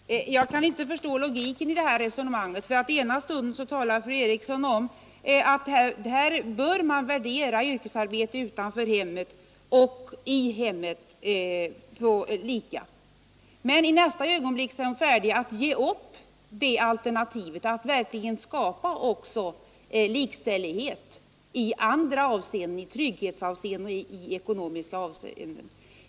Herr talman! Jag kan inte förstå logiken i detta resonemang. Först talar fru Eriksson i Stockholm om att man bör värdera yrkesarbete utanför hemmet och i hemmet lika. Men i nästa ögonblick är hon färdig att ge upp tanken på att verkligen skapa likställighet också i trygghetsavseende och i ekonomiskt avseende.